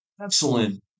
Excellent